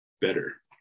better